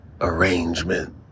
arrangement